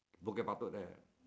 Bukit-Batok there